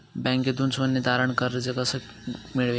बँकेतून सोने तारण कर्ज कसे मिळेल?